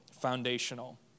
foundational